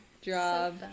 job